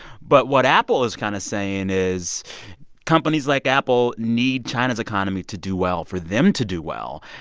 but what apple is kind of saying is companies like apple need china's economy to do well for them to do well.